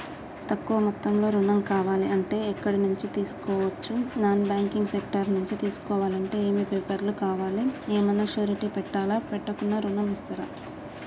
తక్కువ మొత్తంలో ఋణం కావాలి అంటే ఎక్కడి నుంచి తీసుకోవచ్చు? నాన్ బ్యాంకింగ్ సెక్టార్ నుంచి తీసుకోవాలంటే ఏమి పేపర్ లు కావాలి? ఏమన్నా షూరిటీ పెట్టాలా? పెట్టకుండా ఋణం ఇస్తరా?